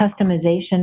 customization